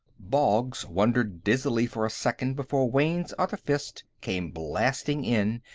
boggs wandered dizzily for a second before wayne's other fist came blasting in,